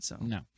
No